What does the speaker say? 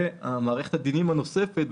ומערכת הדינים הנוספת,